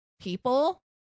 people